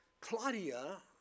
Claudia